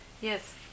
Yes